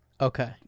Okay